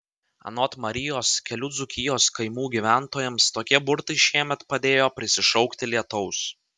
anot marijos kelių dzūkijos kaimų gyventojams tokie burtai šiemet padėjo prisišaukti lietaus